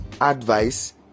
advice